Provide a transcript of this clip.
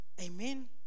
Amen